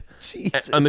Jesus